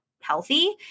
healthy